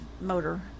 motor